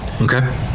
okay